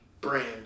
brand